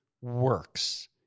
works